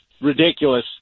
ridiculous